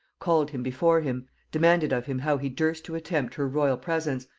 called him before him demanded of him how he durst to attempt her royal presence,